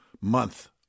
month